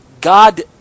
God